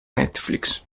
netflix